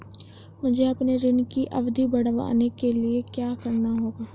मुझे अपने ऋण की अवधि बढ़वाने के लिए क्या करना होगा?